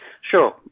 Sure